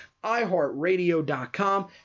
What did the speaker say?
iHeartRadio.com